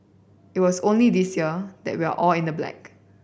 it was only this year that we are all in the black